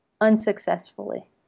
unsuccessfully